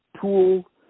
Tool